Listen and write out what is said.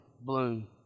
bloom